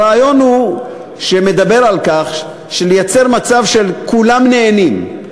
הרעיון מדבר על לייצר מצב שכולם נהנים,